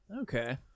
Okay